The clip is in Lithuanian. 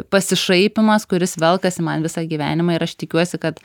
pasišaipymas kuris velkasi man visą gyvenimą ir aš tikiuosi kad